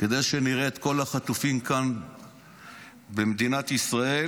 שכדי שנראה את כל החטופים כאן במדינת ישראל,